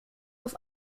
auf